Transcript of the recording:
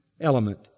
element